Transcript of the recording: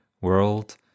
world